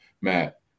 Matt